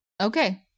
Okay